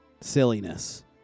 silliness